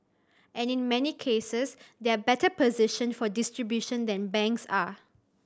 and in many cases they are better positioned for distribution than banks are